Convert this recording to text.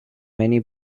many